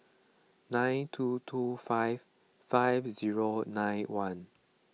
nine two two five five zero nine one